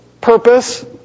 purpose